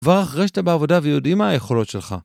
ואחרי שאתה בעבודה ויודעים מה היכולות שלך.